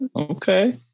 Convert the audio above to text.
Okay